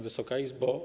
Wysoka Izbo!